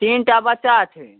तीन टा बच्चा छै